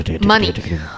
money